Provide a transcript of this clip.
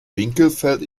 winkelfeld